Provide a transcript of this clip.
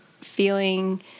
feeling